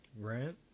rent